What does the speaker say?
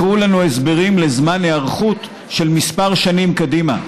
מכרו לנו הסברים לזמן היערכות של כמה שנים קדימה,